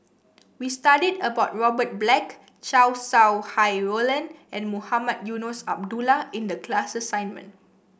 we studied about Robert Black Chow Sau Hai Roland and Mohamed Eunos Abdullah in the class assignment